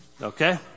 okay